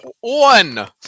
One